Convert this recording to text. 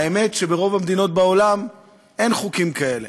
האמת, ברוב המדינות בעולם אין חוקים כאלה.